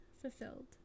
fulfilled